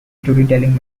storytelling